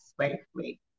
safely